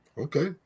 Okay